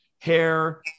hair